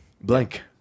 Blank